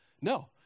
No